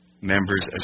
members